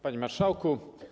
Panie Marszałku!